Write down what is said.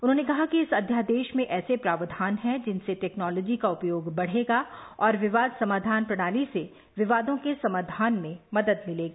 उन्होंने कहा कि इस अध्यादेश में ऐसे प्रावधान हैं जिनसे टेक्नोलॉजी का उपयोग बढ़ेगा और विवाद समाधान प्रणाली से विवादों के समाधान में मदद मिलेगी